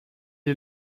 est